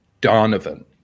Donovan